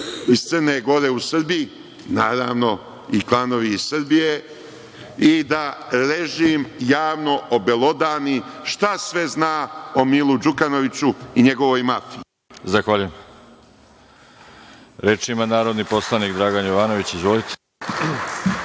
iz Crne Gore u Srbiji, naravno i klanovi iz Srbije i da režim javno obelodani šta sve zna o Milu Đukanoviću i njegovoj mafiji. **Veroljub Arsić** Zahvaljujem. Reč ima narodni poslanik Dragan Jovanović. Izvolite.